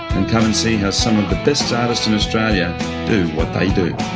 and come and see how some of the best artists in australia do what they do.